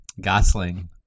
Gosling